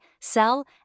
sell